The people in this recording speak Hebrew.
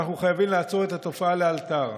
ואנחנו חייבים לעצור את התופעה לאלתר.